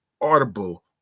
Audible